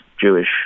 Jewish